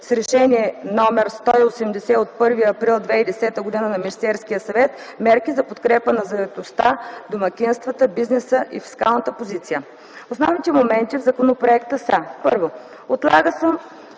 с Решение № 180 от 1 април 2010 г. на Министерския съвет мерки за подкрепа на заетостта, домакинствата, бизнеса и фискалната позиция. Основните моменти в законопроекта са: 1. отлага се